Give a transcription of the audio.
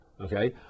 Okay